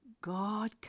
God